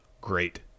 great